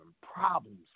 problems